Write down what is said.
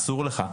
אסור לך,